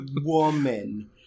woman